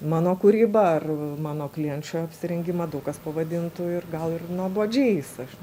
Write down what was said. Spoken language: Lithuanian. mano kūryba ar mano klienčių apsirengimą daug kas pavadintų ir gal ir nuobodžiais aš